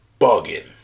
bugging